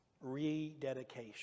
Rededication